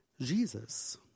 Jesus